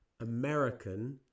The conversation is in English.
American